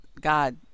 God